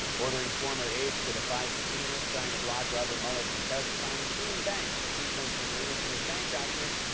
ordering former aides to defy subpoenas, trying to block robert mueller from testifying, suing banks to keep them from releasing his bank documents,